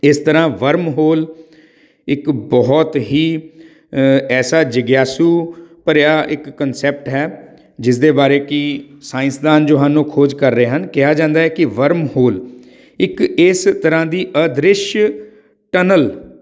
ਇਸ ਤਰ੍ਹਾਂ worm hole ਇੱਕ ਬਹੁਤ ਹੀ ਐਸਾ ਜਗਿਆਸੂ ਭਰਿਆ ਇੱਕ ਕਨਸੈਪਟ ਹੈ ਜਿਸ ਦੇ ਬਾਰੇ ਕਿ ਸਾਇੰਸਦਾਨ ਜੋ ਹਨ ਉਹ ਖੋਜ ਕਰ ਰਹੇ ਹਨ ਕਿਹਾ ਜਾਂਦਾ ਹੈ ਕਿ ਵਰਮ ਹੋਲ ਇੱਕ ਇਸ ਤਰ੍ਹਾਂ ਦੀ ਅਦ੍ਰਿਸ਼ ਟਨਲ